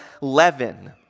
leaven